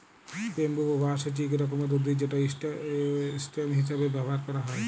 bamboo বা বাঁশ হছে ইক রকমের উদ্ভিদ যেট ইসটেম হিঁসাবে ব্যাভার ক্যারা হ্যয়